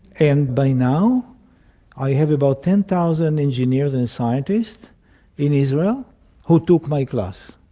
and by now i have about ten thousand engineers and scientists in israel who took my class.